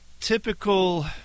typical